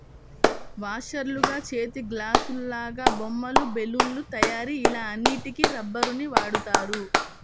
వాషర్లుగా, చేతిగ్లాసులాగా, బొమ్మలు, బెలూన్ల తయారీ ఇలా అన్నిటికి రబ్బరుని వాడుతారు